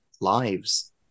lives